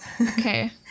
Okay